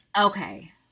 Okay